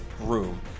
room